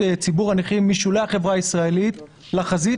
ציבור הנכים משולי החברה הישראלית לחזית,